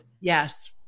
Yes